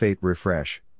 Refresh